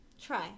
try